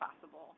possible